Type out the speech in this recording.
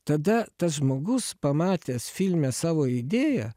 tada tas žmogus pamatęs filme savo idėją